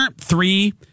three